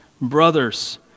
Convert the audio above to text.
Brothers